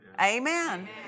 Amen